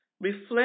Reflect